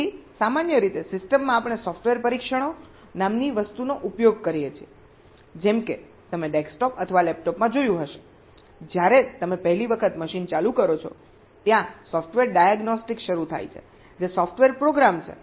તેથી સામાન્ય રીતે સિસ્ટમમાં આપણે સોફ્ટવેર પરીક્ષણો નામની વસ્તુનો ઉપયોગ કરીએ છીએજેમ કે તમે ડેસ્કટોપ અથવા લેપટોપમાં જોયું હશે જ્યારે તમે પહેલી વખત મશીન ચાલુ કરો છો ત્યાં સોફ્ટવેર ડાયગ્નોસ્ટિક શરૂ થાય છે જે સોફ્ટવેર પ્રોગ્રામ છે